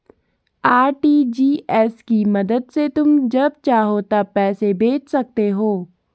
RTGS की मदद से तुम जब चाहो तब पैसे भेज सकते हो